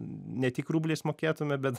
ne tik rubliais mokėtume bet